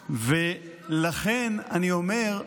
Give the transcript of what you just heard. ולכן אני אומר,